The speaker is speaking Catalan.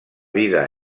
vida